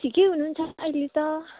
ठिकै हुनुहुन्छ अहिले त